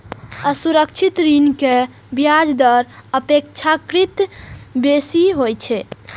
असुरक्षित ऋण के ब्याज दर अपेक्षाकृत बेसी होइ छै